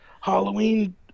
halloween